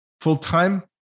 Full-time